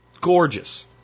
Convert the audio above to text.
Gorgeous